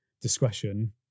discretion